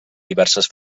diverses